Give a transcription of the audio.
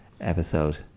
episode